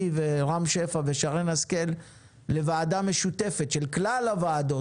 אני ורם שפע ושרן השכל לוועדה משותפת של כלל הוועדות,